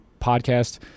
podcast